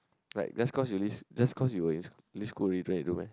like just cause you leave just cause you were in school leave school already no need to do meh